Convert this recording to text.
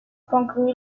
concluir